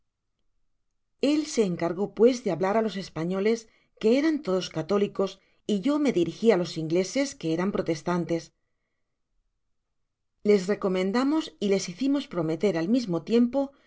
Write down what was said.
el se ed argó pues de hablar á los españoles que eran todos católicos y yo me dirigi á los ingleses que eran protestantes les recomendamos y les hicimos prometer al mismo tiempo que